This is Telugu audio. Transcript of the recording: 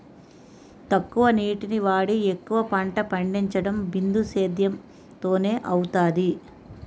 తక్కువ నీటిని వాడి ఎక్కువ పంట పండించడం బిందుసేధ్యేమ్ తోనే అవుతాది